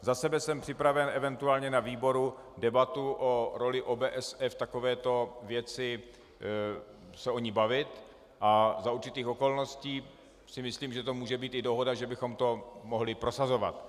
Za sebe jsem připraven eventuálně se na výboru o roli OBSE v takovéto věci bavit a za určitých okolností si myslím, že to může být i dohoda, že bychom to mohli prosazovat.